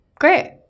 Great